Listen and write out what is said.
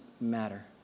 matter